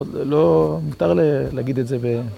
‫לא מותר להגיד את זה ב...